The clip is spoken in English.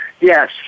Yes